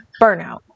Burnout